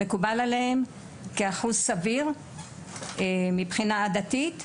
היה מקובל עליהם כאחוז סביר לחלוקה מבחינה עדתית.